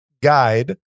guide